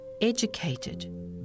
educated